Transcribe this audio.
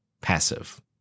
passive